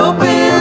Open